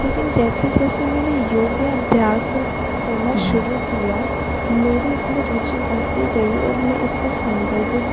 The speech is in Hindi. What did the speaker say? लेकिन जैसे जैसे मैंने योग अभ्यास करना शुरू किया मेरी इसमें रुचि बढ़ती गई और मैं इससे संदर्भित